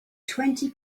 twenty